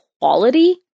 quality